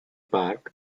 park